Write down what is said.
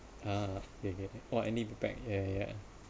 ah okay okay what any prepared ya ya